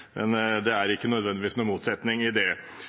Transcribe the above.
Men det er ikke nødvendigvis noen motsetning i det.